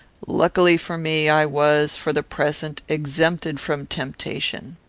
luckily for me, i was, for the present, exempted from temptation.